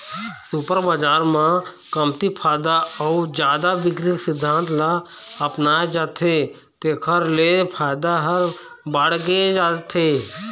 super बजार म कमती फायदा अउ जादा बिक्री के सिद्धांत ल अपनाए जाथे तेखर ले फायदा ह बाड़गे जाथे